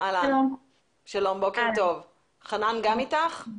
גם חנן אתך?